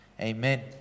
Amen